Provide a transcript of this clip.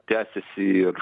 tęsiasi ir